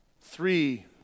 Three